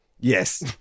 Yes